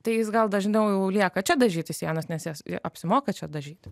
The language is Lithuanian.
tai jis gal dažniau jau lieka čia dažyti sienas nes jas apsimoka čia dažyti